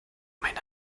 meine